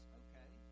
okay